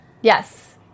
Yes